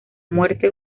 muerte